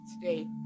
today